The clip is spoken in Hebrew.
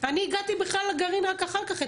אני הגעתי לגרעין רק אחר כך,